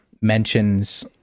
mentions